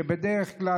שבדרך כלל,